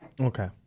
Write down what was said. Okay